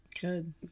Good